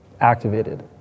activated